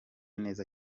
neza